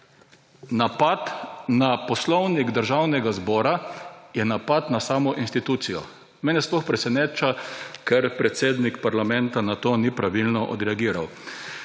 napad na Poslovnik Državnega zbora je napad na samo institucijo. Mene sploh preseneča, ker predsednik parlamenta na to ni pravilno odreagiral.